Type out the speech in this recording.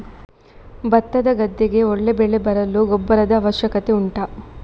ಭತ್ತದ ಗದ್ದೆಗೆ ಒಳ್ಳೆ ಬೆಳೆ ಬರಲು ಗೊಬ್ಬರದ ಅವಶ್ಯಕತೆ ಉಂಟಾ